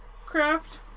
craft